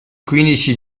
quindici